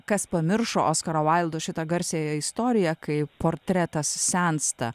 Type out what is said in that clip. kas pamiršo oskaro vaildo šitą garsiąją istoriją kaip portretas sensta